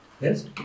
Yes